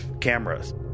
cameras